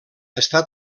està